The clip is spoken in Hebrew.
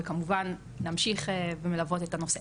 וכמובן נמשיך ללוות את הנושא.